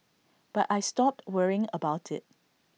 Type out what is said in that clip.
but I stopped worrying about IT